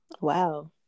Wow